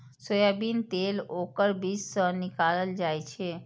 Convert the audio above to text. soybean तेल ओकर बीज सं निकालल जाइ छै